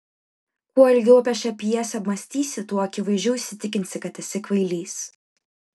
kuo ilgiau apie šią pjesę mąstysi tuo akivaizdžiau įsitikinsi kad esi kvailys